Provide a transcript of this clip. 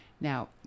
Now